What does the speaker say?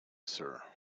sir